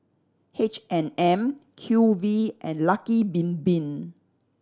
H and M Q V and Lucky Bin Bin